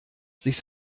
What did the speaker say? sich